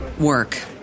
work